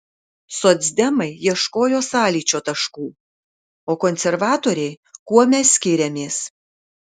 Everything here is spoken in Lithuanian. socdemai ieškojo sąlyčio taškų o konservatoriai kuo mes skiriamės